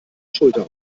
schulter